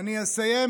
אני אמשיך